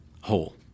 whole